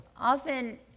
Often